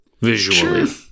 visually